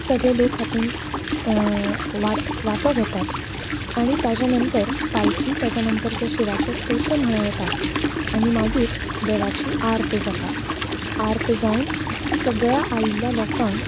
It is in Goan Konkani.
सगळें लोक हातूंत वाट वांटो घेतात आनी ताच्या नंतर पालखी ताच्या नंतर तें शिवाचे स्तोत्र म्हळें वता आनी मागीर देवाची आर्त जाता आर्त जावन सगळ्यां आयिल्ल्या लोकांक